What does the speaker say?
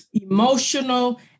emotional